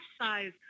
size